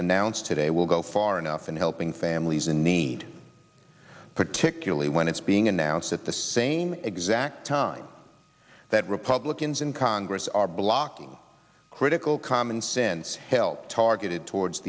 announced today will go far enough in helping families in need particularly when it's being announced at the same exact time that republicans in congress are blocking critical commonsense help targeted towards